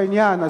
באותו עניין.